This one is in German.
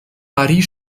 marie